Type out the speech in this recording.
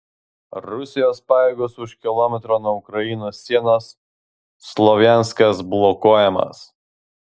rusijos pajėgos už kilometro nuo ukrainos sienos slovjanskas blokuojamas